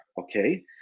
okay